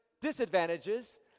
disadvantages